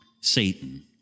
Satan